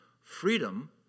Freedom